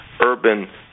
urban